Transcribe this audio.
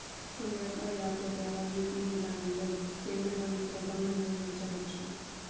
కొన్ని రకాల యాప్ ల ద్వారా యూ.పీ.ఐ విధానంలో పేమెంట్లను సులభంగా నిర్వహించవచ్చు